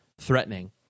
threatening